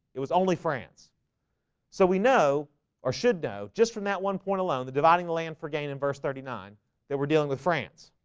it was only france so we know or should know just from that one point alone the dividing land for gain in verse thirty nine that we're dealing with france